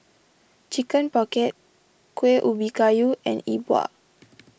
Chicken Pocket Kueh Ubi Kayu and E Bua